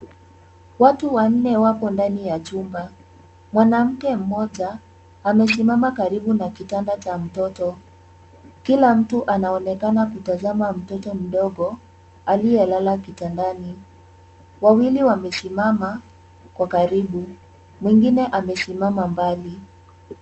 Watu wanne wapo ndani ya chumba. Mwanamke mmoja amesimama karibu na kitanda cha mtoto. Kila mtu anaonekana kutazama mtoto mdogo aliyelala kitandani. Wawili wamesimama kwa karibu. Mwingine amesimama mbali.